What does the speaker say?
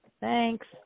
Thanks